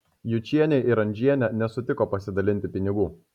jučienė ir andžienė nesutiko pasidalinti pinigų